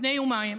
לפני יומיים